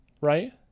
right